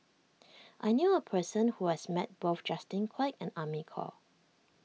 I knew a person who has met both Justin Quek and Amy Khor